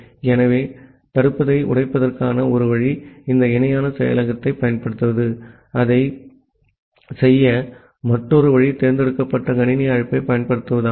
ஆகவே தடுப்பதை உடைப்பதற்கான ஒரு வழி இந்த இணையான செயலாக்கத்தைப் பயன்படுத்துவது அதைச் செய்ய மற்றொரு வழி தேர்ந்தெடுக்கப்பட்ட கணினி அழைப்பைப் பயன்படுத்துவதாகும்